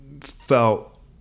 felt